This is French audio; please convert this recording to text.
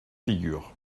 figure